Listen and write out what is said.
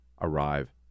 arrive